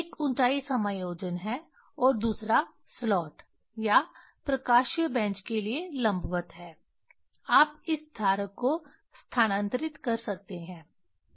एक ऊंचाई समायोजन है और दूसरा स्लॉट या प्रकाशीय बेंच के लिए लंबवत है आप इस धारक को स्थानांतरित कर सकते हैं